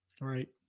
Right